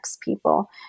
people